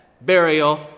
burial